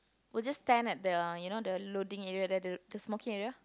will just stand at the you know the loading area that the the smoking area